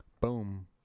Boom